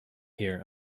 here